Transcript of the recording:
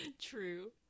True